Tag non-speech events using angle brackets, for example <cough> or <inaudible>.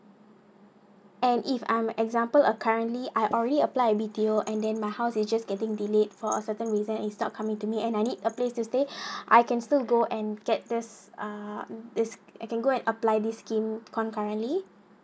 and if I'm example uh currently I already apply B_T_O and then my house is just getting delayed for a certain reason is not coming to me and I need a place to stay <breath> I can still go and get this uh this I can go and apply this scheme concurrently